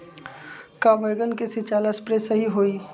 का बैगन के सिचाई ला सप्रे सही होई?